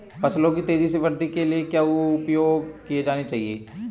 फसलों की तेज़ी से वृद्धि के लिए क्या उपाय किए जाने चाहिए?